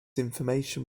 information